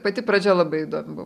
pati pradžia labai įdomi buvo